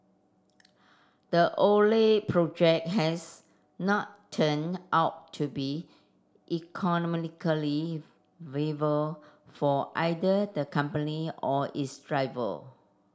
the project has not turned out to be viable for either the company or its driver